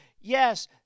yes